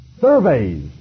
surveys